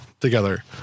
together